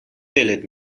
دلت